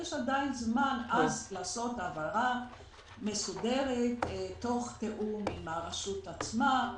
יש עדיין אז לעשות העברה מסודרת תוך תיאום עם הרשות עצמה,